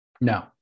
No